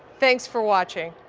thanks for watching.